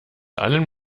allen